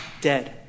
dead